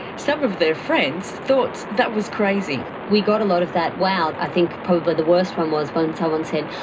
some of their friends thought that was crazy. we got a lot of that wow! i think probably the worst one was when someone said,